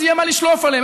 אז יהיה מה לשלוף עליהם.